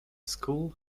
school